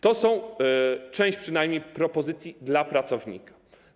To są - część przynajmniej - propozycje dla pracownika.